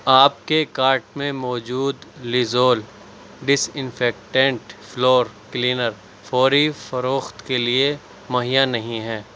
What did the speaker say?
آپ کے کارٹ میں موجود Lysol disinfectant floor cleaner فوری فروخت کے لیے مہیا نہیں ہے